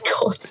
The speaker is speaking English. god